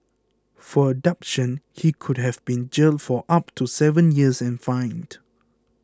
for abduction he could have been jailed for up to seven years and fined